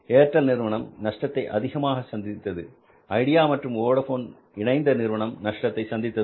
Airtel நிறுவனம் நஷ்டத்தை அதிகமாக சந்தித்தது ஐடியா மற்றும் வோடபோன் இணைந்த நிறுவனம் நஷ்டத்தை சந்தித்தது